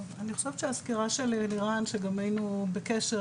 אני חושבת שהסקירה של אלירן שגם היינו בקשר,